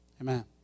Amen